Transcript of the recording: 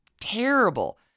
terrible